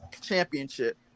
championship